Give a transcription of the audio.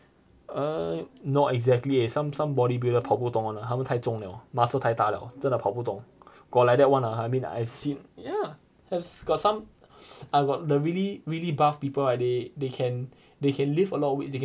err not exactly some some bodybuilder 跑不动: pao bu dong [one] 他们太重了 muscle 太大了真的跑不动 got like that [one] lah I mean I've seen yeah have got some I got the really really buff people right they they can they can lift a lot of weight they can